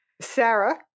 Sarah